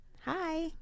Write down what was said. Hi